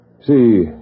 See